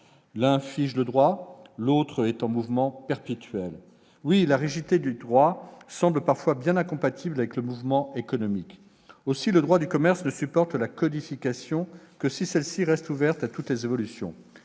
l'une fige le droit, l'autre est en mouvement perpétuel. Oui, la rigidité du droit semble parfois bien incompatible avec le mouvement économique. Aussi, le droit du commerce ne supporte la codification que si celle-ci reste ouverte à toutes les évolutions.